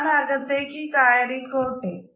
ഞാൻ അകത്തേക്ക് കയറിക്കോട്ടെ